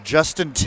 Justin